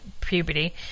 puberty